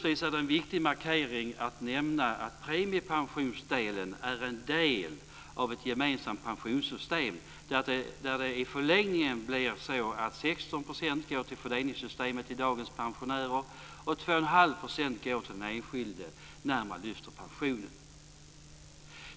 Det är också en viktig markering att nämna att premiepensionsdelen är en del av ett gemensamt pensionssystem där det i förlängningen blir så att 16 % går till fördelningssystemet till dagens pensionärer och 2,5 % går till den enskilde när denne lyfter pensionen.